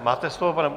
Máte slovo.